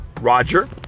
Roger